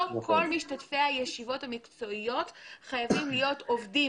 לא כל משתתפי הישיבות המקצועיות חייבים להיות עובדים